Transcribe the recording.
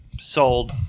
sold